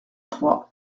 trois